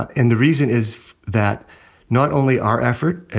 and the reason is that not only our effort,